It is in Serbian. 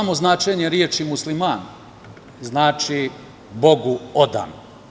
Samo značenje reči „musliman“ znači bogu odan.